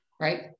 right